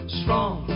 strong